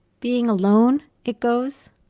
being alone, it goes,